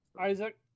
Isaac